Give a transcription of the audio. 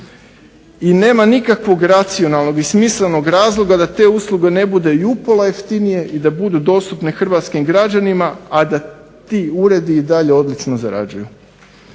I nema nikakvog racionalnog i smislenog razloga da te usluge ne budu i upola jeftinije i da budu dostupne hrvatskim građanima, a da ti uredi i dalje odlično zarađuju.